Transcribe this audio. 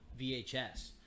VHS